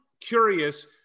curious